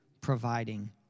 providing